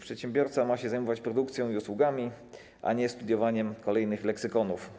Przedsiębiorca ma się zajmować produkcją i usługami, a nie studiowaniem kolejnych leksykonów.